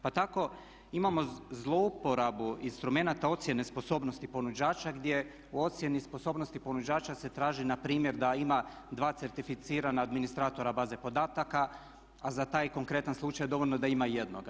Pa tako imamo zlouporabu instrumenata ocjene sposobnosti ponuđača gdje u ocjeni sposobnosti ponuđača se traži npr. da ima dva certificirana administratora baze podataka a za taj konkretan slučaj dovoljno je da ima jednoga.